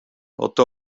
oto